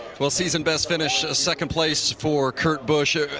well, season best finish second place for kurt busch.